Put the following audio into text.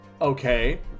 okay